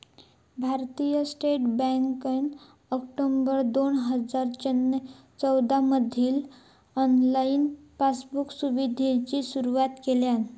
भारतीय स्टेट बँकेन ऑक्टोबर दोन हजार चौदामधी ऑनलाईन पासबुक सुविधेची सुरुवात केल्यान